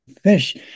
fish